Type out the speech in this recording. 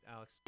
Alex